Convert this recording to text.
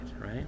right